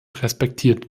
respektiert